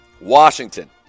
Washington